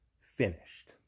finished